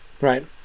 right